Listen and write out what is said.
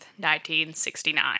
1969